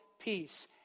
peace